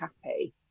happy